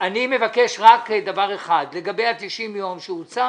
אני מבקש רק דבר אחד לגבי ה-90 יום שהוצע